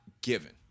given